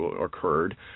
occurred